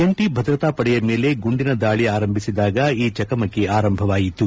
ಜಂಟಿ ಭದ್ರತಾ ಪಡೆಯ ಮೇಲೆ ಗುಂಡಿನ ದಾಳ ಆರಂಭಿಸಿದಾಗ ಈ ಚಕಮಕಿ ಆರಂಭವಾಯಿತು